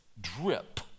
drip